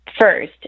first